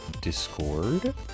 Discord